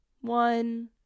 one